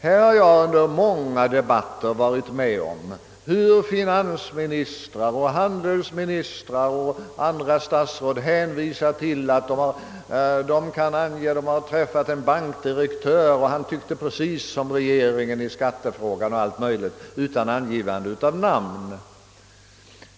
Jag har under många debatter varit med om att finansministrar, handelsministrar och andra statsråd utan angivande av namn hänvisat till att de har träffat t.ex. en bankdirektör som tyckt precis som regeringen i skattefrågor m.m.